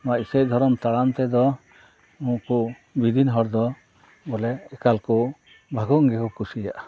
ᱱᱚᱣᱟ ᱤᱥᱟᱹᱭ ᱫᱷᱚᱨᱚᱢ ᱛᱟᱲᱟᱢ ᱛᱮᱫᱚ ᱱᱩᱠᱩ ᱵᱤᱫᱤᱱ ᱦᱚᱲ ᱫᱚ ᱵᱚᱞᱮ ᱮᱠᱟᱞ ᱠᱚ ᱵᱷᱟᱜᱩᱱ ᱜᱮᱠᱚ ᱠᱩᱥᱤᱭᱟᱜᱼᱟ